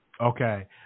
Okay